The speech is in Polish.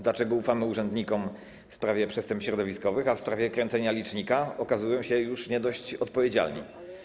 Dlaczego ufamy urzędnikom w sprawie przestępstw środowiskowych, a w sprawie kręcenia licznika okazują się już nie dość odpowiedzialni?